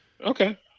Okay